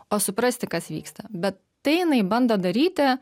o suprasti kas vyksta bet tai jinai bando daryti